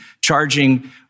charging